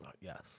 yes